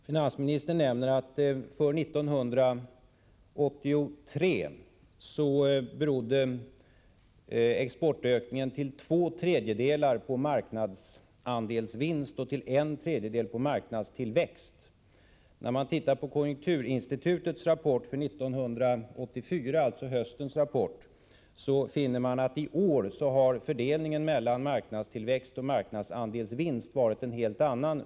Finansministern nämner att exportökningen 1983 till två tredjedelar berodde på marknadsandelsvinst och till en tredjedel på marknadstillväxt. När man tittar på konjunkturinstitutets rapport för 1984, alltså höstens rapport, finner man att fördelningen mellan marknadstillväxt och marknads förbättra den svenska ekonomin andelsvinst i år har varit en helt annan.